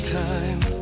time